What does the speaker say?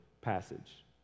passage